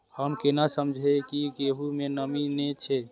हम केना समझये की गेहूं में नमी ने छे?